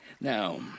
Now